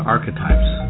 Archetypes